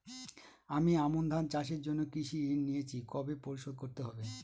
আমি আমন ধান চাষের জন্য কৃষি ঋণ নিয়েছি কবে পরিশোধ করতে হবে?